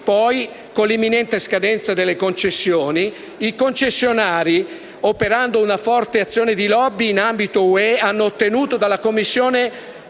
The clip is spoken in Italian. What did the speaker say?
poi, con l'imminente scadenza delle concessioni, i concessionari, operando una forte azione di *lobby* in ambito UE, hanno ottenuto dalla Commissione